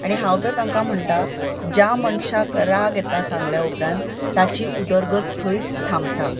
आनी हांव तर तांकां म्हणटा ज्या मनशाक राग येता सांगले उपरांत ताची उदरगत थंयच थांबता